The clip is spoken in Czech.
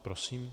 Prosím.